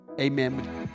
Amen